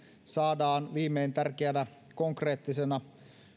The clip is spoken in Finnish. saadaan viimein tärkeänä konkreettisena